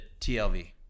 TLV